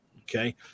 okay